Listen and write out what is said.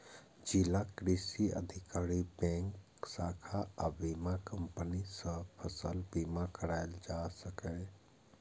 जिलाक कृषि अधिकारी, बैंकक शाखा आ बीमा कंपनी सं फसल बीमा कराएल जा सकैए